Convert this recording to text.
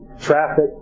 Traffic